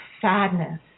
sadness